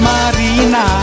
Marina